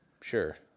Sure